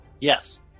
Yes